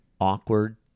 awkward